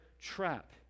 trap